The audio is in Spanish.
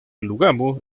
lugano